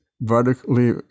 vertically